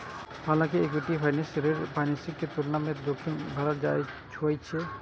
हालांकि equity financing ऋण financing के तुलना मे जोखिम भरल होइ छै